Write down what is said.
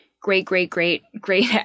great-great-great-great-